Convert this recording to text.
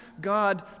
God